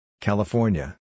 California